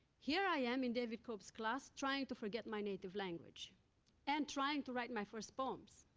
here i am in david cope's class, trying to forget my native language and trying to write my first poems.